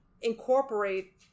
incorporate